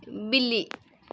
बिल्ली